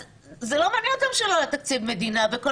אז זה לא מעניין אותם שלא היה תקציב מדינה וכל